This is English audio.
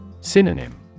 Synonym